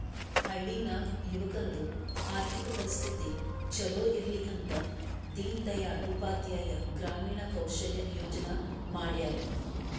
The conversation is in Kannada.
ಹಳ್ಳಿ ನಾಗ್ ಯುವಕರದು ಆರ್ಥಿಕ ಪರಿಸ್ಥಿತಿ ಛಲೋ ಇರ್ಲಿ ಅಂತ ದೀನ್ ದಯಾಳ್ ಉಪಾಧ್ಯಾಯ ಗ್ರಾಮೀಣ ಕೌಶಲ್ಯ ಯೋಜನಾ ಮಾಡ್ಯಾರ್